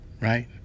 right